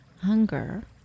hunger